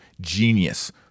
genius